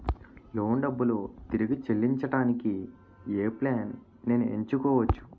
Loan డబ్బులు తిరిగి చెల్లించటానికి ఏ ప్లాన్ నేను ఎంచుకోవచ్చు?